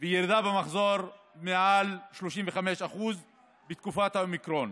וירדו במחזור מעל 35% בתקופת האומיקרון.